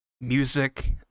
music